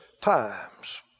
times